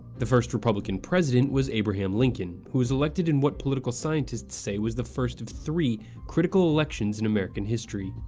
the first republican president was abraham lincoln, who was elected in what political scientists say was the first of three critical elections in american history.